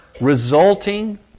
resulting